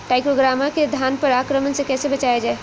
टाइक्रोग्रामा के धान पर आक्रमण से कैसे बचाया जाए?